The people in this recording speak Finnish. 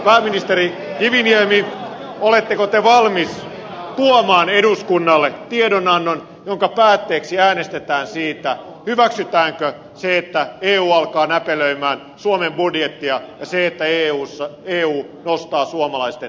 pääministeri kiviniemi oletteko te valmis tuomaan eduskunnalle tiedonannon jonka päätteeksi äänestetään siitä hyväksytäänkö se että eu alkaa näpelöidä suomen budjettia ja se että eu nostaa suomalaisten eläkeikää